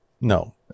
No